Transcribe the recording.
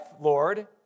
Lord